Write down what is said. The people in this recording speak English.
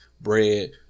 bread